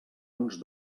uns